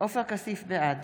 בעד